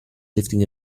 lifting